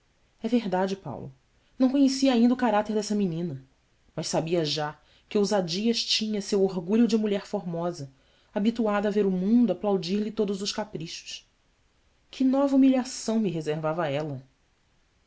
é verdade paulo não conhecia ainda o caráter dessa menina mas sabia já que ousadias tinha seu orgulho de mulher formosa habituada a ver o mundo aplaudir lhe todos os caprichos que nova humilhação me reservava ela